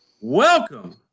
Welcome